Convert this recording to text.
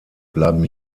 bleiben